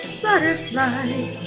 butterflies